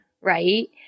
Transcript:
Right